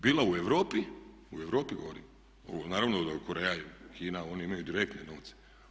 Bila u Europi, u Europi govorim, naravno da Koreja i Kina, oni imaju direktne novce.